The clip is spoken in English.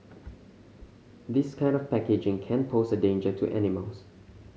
this kind of packaging can pose a danger to animals